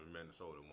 Minnesota